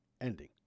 ending